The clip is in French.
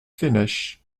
fenech